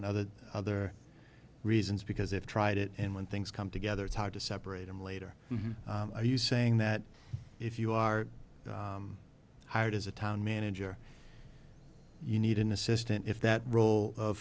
and other other reasons because if tried it in when things come together it's hard to separate them later are you saying that if you are hired as a town manager you need an assistant if that role of